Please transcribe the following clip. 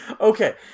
Okay